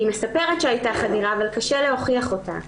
מספרת שהייתה חדירה אבל קשה להוכיח אותה.